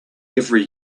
every